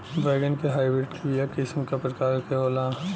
बैगन के हाइब्रिड के बीया किस्म क प्रकार के होला?